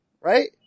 Right